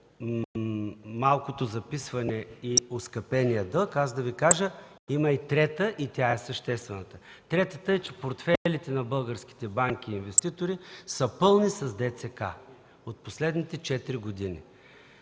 малкото записване и оскъпения дълг, аз да Ви кажа – има и трета, и тя е съществената! Третата е, че портфейлите на българските банки и инвеститори са пълни с ДЦК (държавни ценни